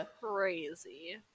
crazy